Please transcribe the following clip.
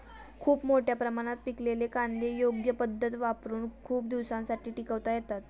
खूप मोठ्या प्रमाणात पिकलेले कांदे योग्य पद्धत वापरुन खूप दिवसांसाठी टिकवता येतात